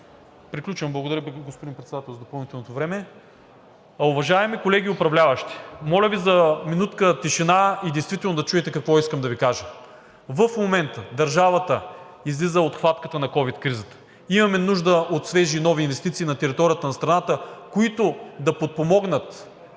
Приключвам, господин Председател, с допълнителното време. Уважаеми колеги управляващи, моля Ви за минутка тишина и действително да чуете какво искам да Ви кажа. В момента държавата излиза от хватката на ковид кризата. Имаме нужда от свежи нови инвестиции на територията на страната, които да подпомогнат